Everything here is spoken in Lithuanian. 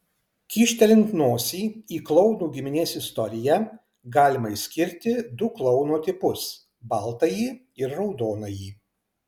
kyštelint nosį į klounų giminės istoriją galima išskirti du klouno tipus baltąjį ir raudonąjį